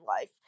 life